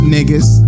Niggas